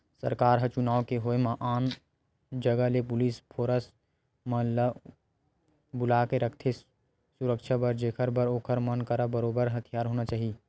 सरकार ह चुनाव के होय म आन आन जगा ले पुलिस फोरस मन ल बुलाके रखथे सुरक्छा बर जेखर बर ओखर मन करा बरोबर हथियार होना चाही